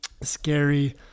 scary